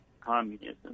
communism